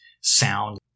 sound